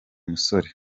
musore